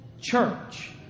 church